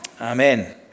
Amen